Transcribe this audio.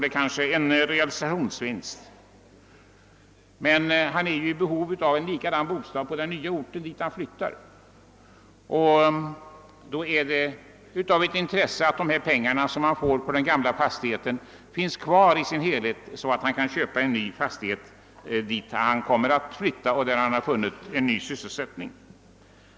Det kan bli en realisationsvinst, men han är ju i behov av en likadan bostad på den ort dit han flyttar och därför är det av intresse att alla de pengar han får för den gamla fastigheten kan användas för inköp av en fastighet på den plats där han funnit en ny sysselsättning.